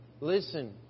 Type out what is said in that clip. listen